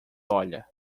olhar